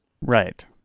Right